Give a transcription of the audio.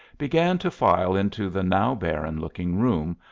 began to file into the now barren-looking room,